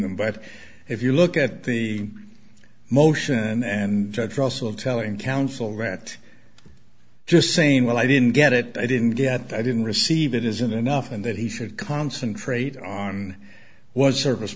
them but if you look at the motion and judge russell telling council grant just saying well i didn't get it i didn't get it i didn't receive it isn't enough and that he should concentrate on was service